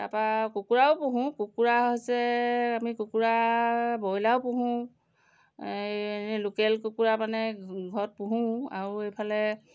তাৰপৰা কুকুৰাও পোহোঁ কুকুৰা হৈছে আমি কুকুৰা ব্ৰইলাৰো পোহোঁ এই এনে লোকেল কুকুৰা মানে ঘৰত পোহোঁ আৰু এইফালে